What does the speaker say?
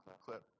clip